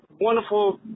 wonderful